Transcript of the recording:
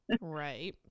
right